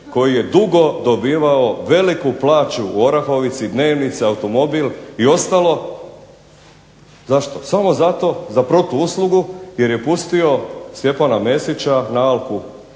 koji je dugo dobivao veliku plaću u Orahovici, dnevnice, automobil i ostalo, zašto? Samo zato za protuuslugu jer je pustio Stjepana Mesića na Alku